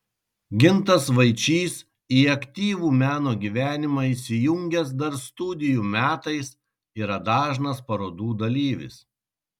gintas vaičys į aktyvų meno gyvenimą įsijungęs dar studijų metais yra dažnas parodų dalyvis